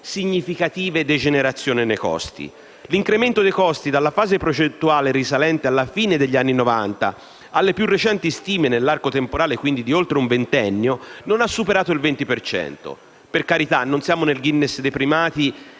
significative degenerazioni nei costi. L'incremento dei costi dalla fase progettuale risalente alla fine degli anni Novanta alle più recenti stime, nell'arco temporale quindi di oltre un ventennio, non ha superato il 20 per cento. Per carità, non siamo nel Guinness dei primati